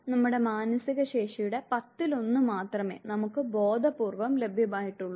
നമ്മുടെ മാനസിക ശേഷിയുടെ പത്തിലൊന്ന് മാത്രമേ നമുക്ക് ബോധപൂർവ്വം ലഭ്യമായിട്ടുള്ളൂ